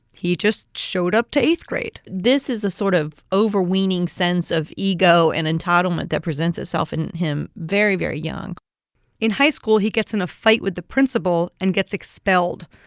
he just showed up to eighth grade this is a sort of overweening sense of ego and entitlement that presents itself in him very, very young in high school, he gets in a fight with the principal and gets expelled.